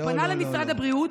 הוא פנה למשרד הבריאות,